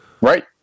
Right